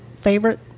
favorite